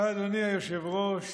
אדוני היושב-ראש,